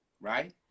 right